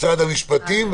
משרד המשפטים,